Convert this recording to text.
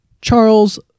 Charles